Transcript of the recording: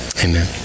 Amen